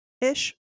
ish